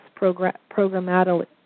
programmatically